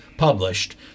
published